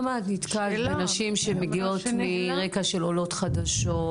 כמה את נתקלת בנשים שמגיעות מרקע של עולות חדשות,